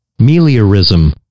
Meliorism